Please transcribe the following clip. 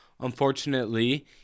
Unfortunately